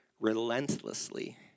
relentlessly